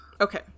Okay